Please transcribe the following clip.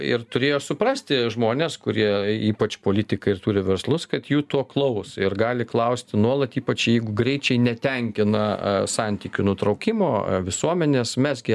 ir turėjo suprasti žmonės kurie ypač politikai ir turi verslus kad jų to klaus ir gali klausti nuolat ypač jeigu greičiai netenkina santykių nutraukimo visuomenės mes gi